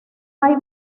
hay